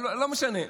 אבל לא משנה.